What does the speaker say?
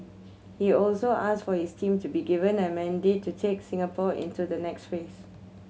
he also asked for his team to be given a mandate to take Singapore into the next phase